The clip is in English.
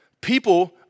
People